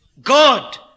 God